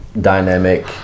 dynamic